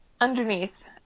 Underneath